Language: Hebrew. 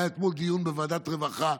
היה אתמול דיון בוועדת הרווחה,